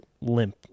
limp